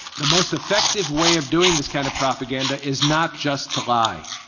the most effective way of doing this kind of propaganda is not just to lie.